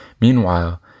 Meanwhile